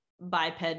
biped